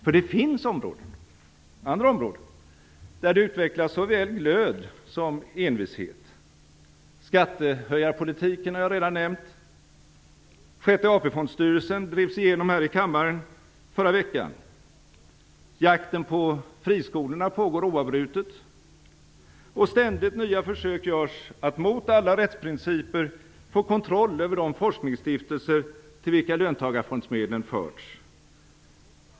För det finns områden, andra områden, där det utvecklas såväl glöd som envishet. Skattehöjarpolitiken har jag redan nämnt. Sjätte AP-fondstyrelsen drevs igenom här i kammaren i förra veckan. Jakten på friskolorna pågår oavbrutet. Och ständigt nya försök görs att mot alla rättsprinciper få kontroll över de forskningsstiftelser till vilka löntagarfondsmedlen förts.